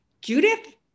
Judith